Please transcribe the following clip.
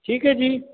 ठीक है जी